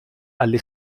alle